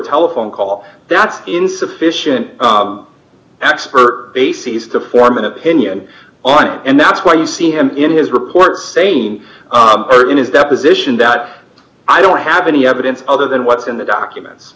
telephone call that's insufficient expert bases to form an opinion on it and that's why you see him in his report same in his deposition that i don't have any evidence other than what's in the documents